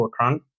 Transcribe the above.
Fortran